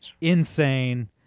insane